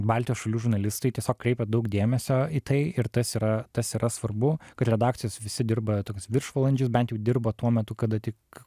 baltijos šalių žurnalistai tiesiog kreipia daug dėmesio į tai ir tas yra tas yra svarbu kad redakcijose visi dirba tokius viršvalandžius bent jau dirbo tuo metu kada tik